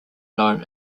known